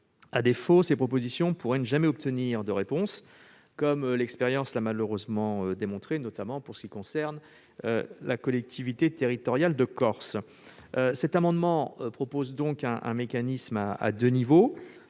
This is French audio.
À défaut, ces propositions pourraient ne jamais obtenir de réponse, comme l'expérience l'a malheureusement démontré, notamment pour ce qui concerne la collectivité territoriale de Corse. Cet amendement vise donc à prévoir un mécanisme à deux niveaux